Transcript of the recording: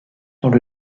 dans